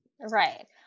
Right